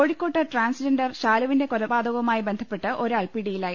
കോഴിക്കോട്ട് ട്രാൻസ്ജെൻഡർ ശാലുവിന്റെ കൊലപാത കവുമായി ബന്ധപ്പെട്ട് ഒരാൾ പിടിയിലായി